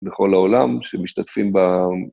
בכל העולם שמשתתפים ב...